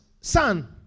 son